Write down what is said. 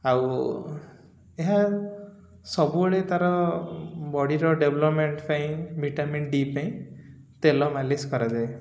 ଆଉ ଏହା ସବୁବେଳେ ତା'ର ବଡ଼ିର ଡେଭଲ୍ପମେଣ୍ଟ୍ ପାଇଁ ଭିଟାମିନ୍ ଡି ପାଇଁ ତେଲ ମାଲିସ୍ କରାଯାଏ